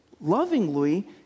lovingly